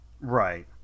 Right